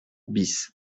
bis